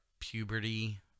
puberty